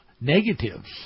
negatives